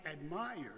admired